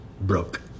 broke